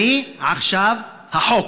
אני עכשיו החוק.